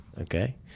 okay